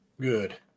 Good